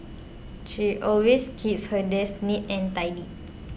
she always keeps her desk neat and tidy